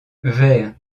vers